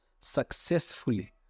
successfully